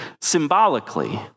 symbolically